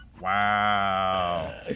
Wow